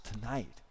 tonight